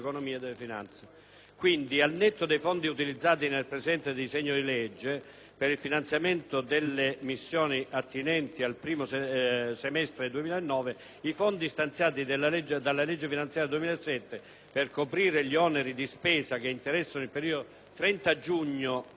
Quindi, al netto dei fondi utilizzati nel presente disegno di legge per il finanziamento delle missioni attinenti al primo semestre 2009, i fondi stanziati dalla legge finanziaria 2007 per coprire gli oneri di spesa che interessano il periodo 30 giugno 2009 - 31 dicembre